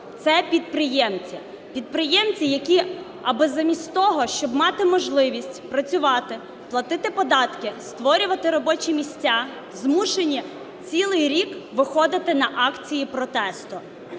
Підприємці, які аби замість того, щоб мати можливість працювати, платити податки, створювати робочі місця, змушені цілий рік виходити на акції протесту